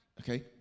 Okay